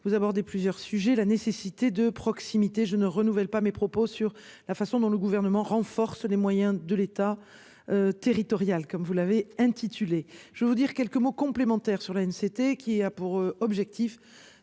vous aborder plusieurs sujets la nécessité de proximité je ne renouvelle pas mes propos sur la façon dont le gouvernement renforce les moyens de l'État. Territorial comme vous l'avez intitulé je veux dire quelques mots complémentaires sur la une c'était qui a pour objectif